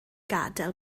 gadael